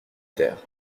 terre